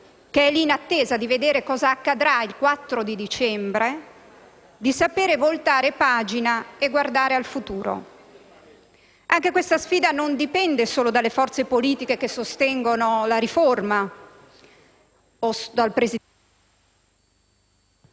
che è lì in attesa di vedere cosa accadrà il 4 dicembre, di saper voltare pagina e guardare al futuro. Anche questa sfida non dipende solo dalle forze politiche che sostengono la riforma e dal presidente